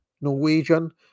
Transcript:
Norwegian